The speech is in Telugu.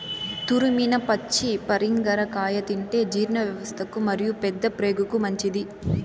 తురిమిన పచ్చి పరింగర కాయ తింటే జీర్ణవ్యవస్థకు మరియు పెద్దప్రేగుకు మంచిది